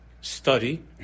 study